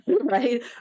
right